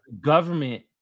Government